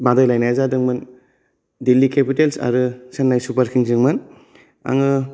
बादायलायनाय जादोंमोन दिल्ली केपिटेल्स आरो चेन्नाय सुपारकिं जोंमोन आङो